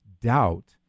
doubt